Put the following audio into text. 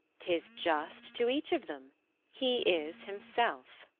tis just to each of them he is himself.